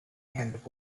and